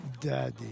Daddy